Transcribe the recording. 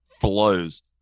flows